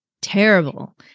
terrible